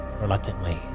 reluctantly